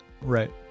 right